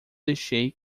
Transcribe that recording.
deixei